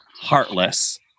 Heartless